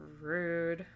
rude